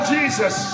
Jesus